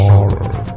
Horror